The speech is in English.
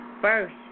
first